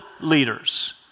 leaders